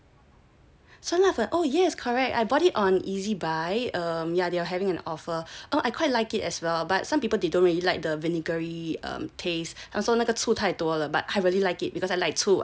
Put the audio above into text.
酸辣粉 oh yes correct I bought it on Ezbuy um yeah they are having an offer I quite like it as well but some people they don't really like the vinegary taste and also 那个醋太多了 but I really like it because I like I like err 醋